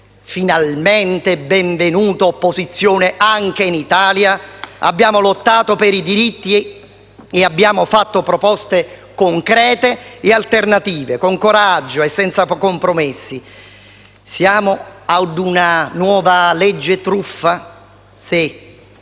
finalmente benvenuta opposizione, anche in Italia - abbiamo lottato per i diritti e abbiamo fatto proposte concrete e alternative, con coraggio e senza compromessi. Siamo ad una nuova legge truffa? Sì,